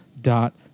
Dot